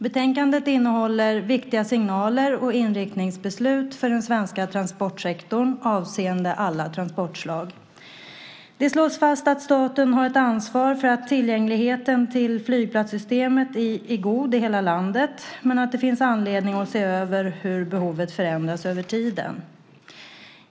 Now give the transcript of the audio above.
Betänkandet innehåller viktiga signaler och inriktningsbeslut för den svenska transportsektorn avseende alla transportslag. Det slås fast att staten har ett ansvar för att tillgängligheten till flygplatssystemet är god i hela landet, men att det finns anledning att se över hur behovet förändras över tiden.